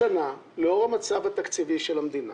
השנה, לאור המצב התקציבי של המדינה,